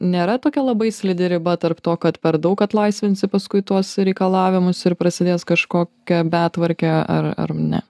nėra tokia labai slidi riba tarp to kad per daug atlaisvinsi paskui tuos reikalavimus ir prasidės kažkokia betvarkė ar ar ne